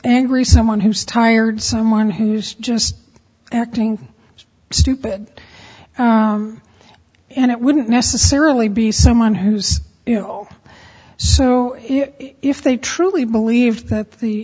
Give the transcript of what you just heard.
angry someone who's tired someone who's just acting stupid and it wouldn't necessarily be someone who's you know so if they truly believed that the